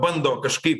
bando kažkaip